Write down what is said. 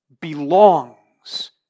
belongs